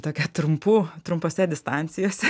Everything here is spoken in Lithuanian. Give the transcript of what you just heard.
tokia trumpų trumpose distancijose